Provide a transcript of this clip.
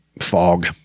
fog